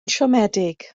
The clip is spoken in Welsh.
siomedig